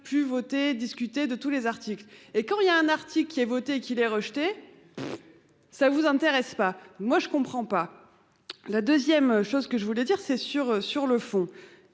pu voter discuter de tous les articles. Et quand il y a un article qui est voté qu'il ait rejeté. Ça vous intéresse pas. Moi je comprends pas. La 2ème, chose que je voulais dire, c'est sûr. Sur le fond,